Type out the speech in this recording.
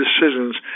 decisions